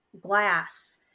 glass